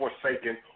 forsaken